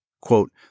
Quote